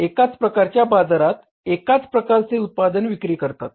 एकाच प्रकारच्या बाजारात एकाच प्रकारचे उत्पादन विक्री करतात